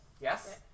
yes